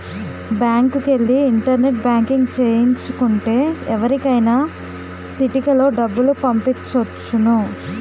బ్యాంకుకెల్లి internet banking సేయించు కుంటే ఎవరికైనా సిటికలో డబ్బులు పంపొచ్చును